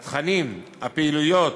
התכנים, הפעילויות,